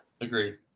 agree